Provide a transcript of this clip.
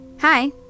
Hi